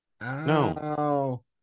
no